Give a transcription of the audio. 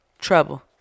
Trouble